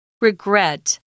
Regret